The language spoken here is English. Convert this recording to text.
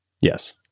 Yes